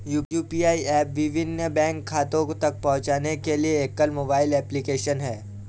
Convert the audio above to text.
UPI app विभिन्न bank खातों तक पहुँचने के लिए एकल मोबाइल एप्लिकेशन है